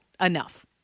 enough